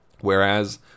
Whereas